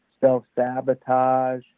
self-sabotage